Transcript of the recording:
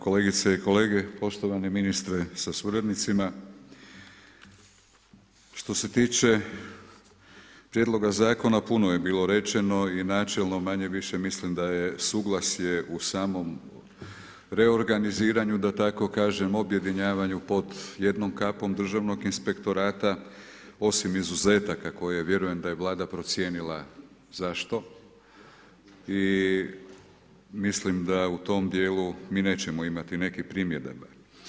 Kolegice i kolege, poštovani ministre sa suradnicima, što se tiče prijedloga zakona, puno je bilo rečeno i načelno manje-više mislim da je suglasje u samom reorganiziranju, da tako kažem objedinjavanju pod jednom kapom državnog inspektorata osim izuzetaka koje vjerujem da je Vlada procijenila, za što i mislim da u tom dijelu mi nećemo imati nekih primjedaba.